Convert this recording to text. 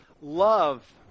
love